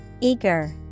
Eager